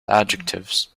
adjectives